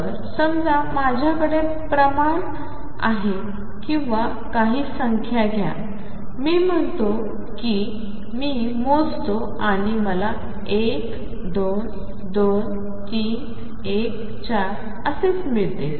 तर समजा माझ्याकडे प्रमाण आहे किंवा काही संख्या घ्या मी म्हणतो की मी मोजतो आणि मला 1 2 2 3 1 4 असेच मिळते